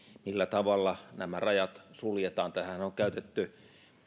millä tavalla nämä rajat suljetaan tähänhän on käytetty